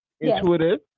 Intuitive